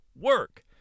work